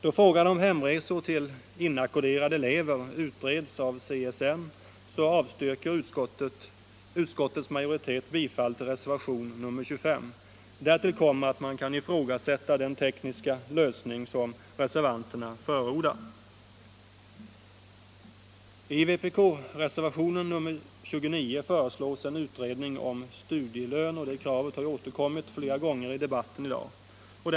Då frågan om hemresor för inackorderade elever utreds av CSN avstyrker utskottets majoritet bifall till förslaget i reservation 25. Därtill kommer att man kan ifrågasätta den tekniska lösning som reservanterna förordar. I vpk-reservationen 29 föreslås en utredning om studielön. Detta krav har återkommit flera gånger i dagens debatt.